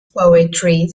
poetry